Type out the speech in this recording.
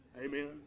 amen